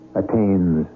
attains